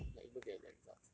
like you look at their results